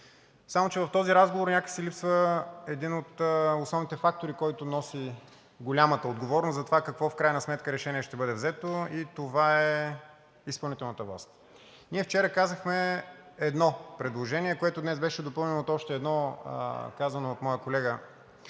Само че в този разговор някак си липсва един от основните фактори, който носи голямата отговорност за това какво в крайна сметка решение ще бъде взето, и това е изпълнителната власт. Ние вчера казахме едно предложение, което днес беше допълнено от още едно, казано от моя колега